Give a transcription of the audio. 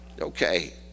okay